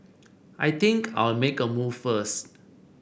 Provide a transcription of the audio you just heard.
I think I'll make a move first